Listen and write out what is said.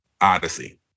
Odyssey